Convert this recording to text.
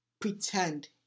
pretend